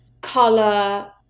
color